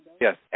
yes